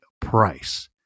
price